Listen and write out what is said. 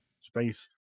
space